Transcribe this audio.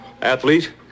Athlete